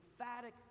emphatic